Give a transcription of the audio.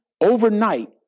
overnight